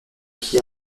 qui